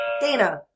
Dana